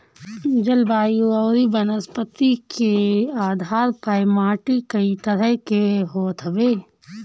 जलवायु अउरी वनस्पति के आधार पअ माटी कई तरह के होत हवे